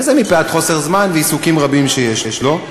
וזה מפאת חוסר זמן ועיסוקים רבים שיש לו.